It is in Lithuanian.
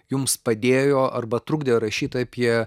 jums padėjo arba trukdė rašyt apie